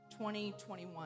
2021